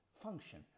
function